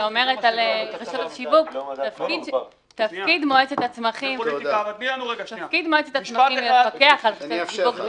שאומרת על רשתות השיווק תפקיד מועצת הצמחים הוא לפקח על רשתות השיווק,